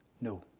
No